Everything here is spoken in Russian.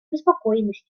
обеспокоенность